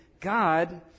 God